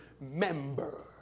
member